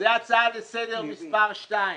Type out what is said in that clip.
זו הייתה הצעה לסדר מספר שתיים.